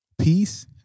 peace